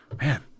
Man